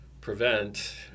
prevent